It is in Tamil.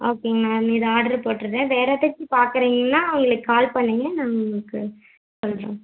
ஓகேங்க மேடம் இதை ஆட்ரு போட்டுறேன் வேறு எதாச்சும் பார்க்குறீங்கன்னா எங்களுக்கு கால் பண்ணுங்கள் நாங்கள் உங்களுக்கு சொல்லுறோம்